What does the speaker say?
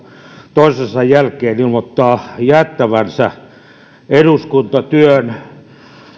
toisensa jälkeen ilmoittaa jättävänsä eduskuntatyön